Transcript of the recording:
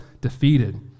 defeated